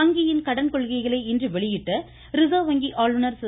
வங்கியின் கடன் கொள்கையை இன்று வெளியிட்ட ரிசர்வ் வங்கி ஆளுநர் திரு